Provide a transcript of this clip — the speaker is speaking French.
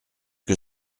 que